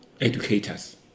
educators